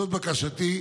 זאת בקשתי.